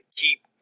Keep